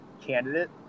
candidate